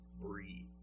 breathe